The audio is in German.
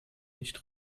nicht